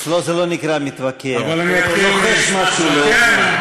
אצלו זה לא נקרא מתווכח, הוא לוחש משהו לאוזניו.